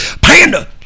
Panda